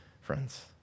friends